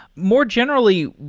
more generally,